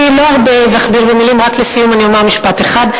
אני לא אכביר מלים, רק לסיום אומר משפט אחד.